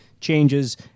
changes